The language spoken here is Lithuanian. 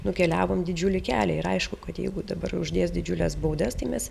nukeliavom didžiulį kelią ir aišku kad jeigu dabar uždės didžiules baudas tai mes